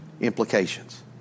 implications